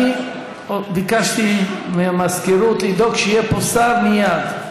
אני ביקשתי מהמזכירות לדאוג שיהיה פה שר מייד.